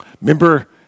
Remember